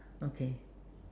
okay